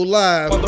live